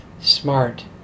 smart